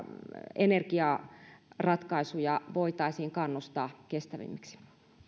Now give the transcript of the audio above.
energiaratkaisuja voitaisiin kannustaa kestävämmiksi